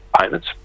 payments